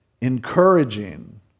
encouraging